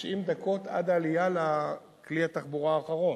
90 דקות עד העלייה לכלי התחבורה האחרון,